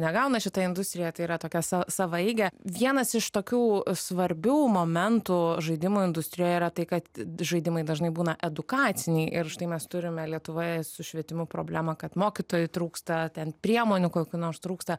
negauna šita industrija tai yra tokia sa savaeigė vienas iš tokių svarbių momentų žaidimų industrijoj yra tai kad žaidimai dažnai būna edukaciniai ir štai mes turime lietuvoje su švietimu problemą kad mokytojų trūksta ten priemonių kokių nors trūksta